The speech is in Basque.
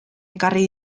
ekarri